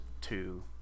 two